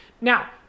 Now